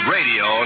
Radio